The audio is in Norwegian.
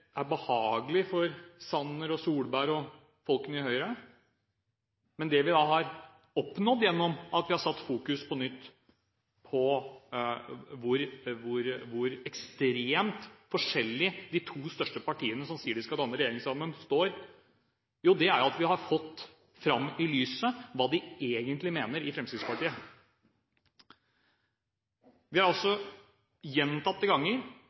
er behagelig for Sanner og Solberg og folkene i Høyre, men det vi har oppnådd ved at vi på nytt har satt fokus på hvor ekstremt forskjellige de to største partiene som sier de skal danne regjering sammen, er, er at vi har fått fram i lyset hva de egentlig mener i Fremskrittspartiet. Vi har